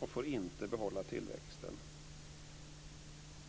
och får inte behålla tillväxten.